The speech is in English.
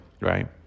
right